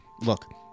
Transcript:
Look